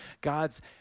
God's